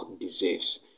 deserves